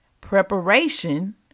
Preparation